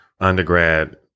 undergrad